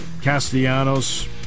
Castellanos